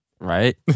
Right